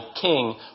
king